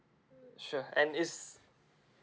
err sure and is